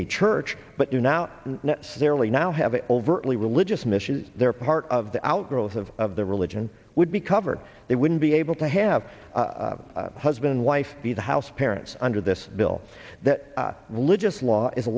a church but do not necessarily now have an overtly religious mission they're part of the outgrowth of of their religion would be covered they wouldn't be able to have a husband wife be the house parents under this bill that religious law is a